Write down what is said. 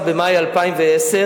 16 במאי 2010,